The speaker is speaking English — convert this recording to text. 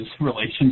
relations